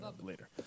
later